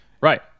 Right